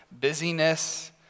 busyness